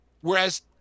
Whereas